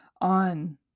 on